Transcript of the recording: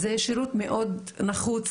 זה שירות מאוד נחוץ,